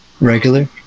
regular